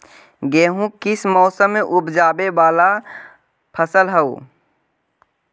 गेहूं किस मौसम में ऊपजावे वाला फसल हउ?